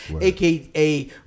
aka